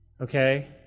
Okay